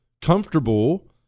comfortable